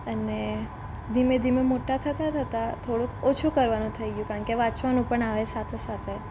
અને ધીમે ધીમે મોટા થતાં થતાં થોડુંક ઓછું કરવાનું થઈ ગયું કારણ કે વાંચવાનું પણ આવે સાથે સાથે